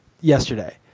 yesterday